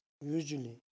usually